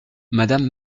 madame